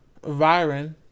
Viren